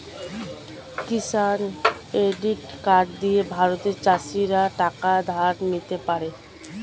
কিষান credit card দিয়ে ভারতের চাষীরা টাকা ধার নিতে পারে